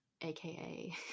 AKA